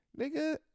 Nigga